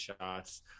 shots